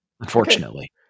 Unfortunately